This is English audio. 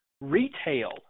retail